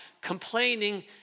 complaining